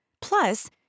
Plus